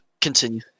continue